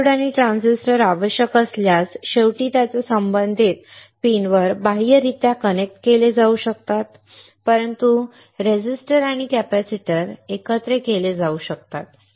diode आणि transistor आवश्यक असल्यास शेवटी त्याच्या संबंधित पिनवर बाह्यरित्या कनेक्ट केले जाऊ शकतात परंतु प्रतिरोधक आणि कॅपेसिटर एकत्रित केले जाऊ शकतात